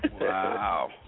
Wow